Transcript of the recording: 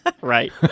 right